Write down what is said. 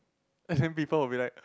as in people will be like